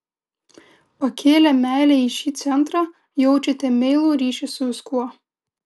pakėlę meilę į šį centrą jaučiate meilų ryšį su viskuo